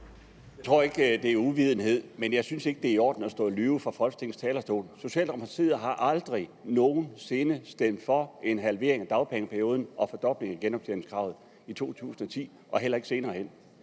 Jeg tror ikke, det sker af uvidenhed, men jeg synes ikke, det er i orden at stå og lyve fra Folketingets talerstol. Socialdemokratiet har aldrig nogen sinde, hverken i 2010 eller senere hen, stemt for en halvering af dagpengeperioden og en fordobling af genoptjeningskravet. Vi har forsøgt at reparere